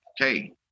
Okay